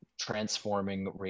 transforming